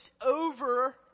over